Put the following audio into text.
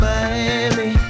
Miami